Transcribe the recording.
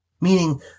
meaning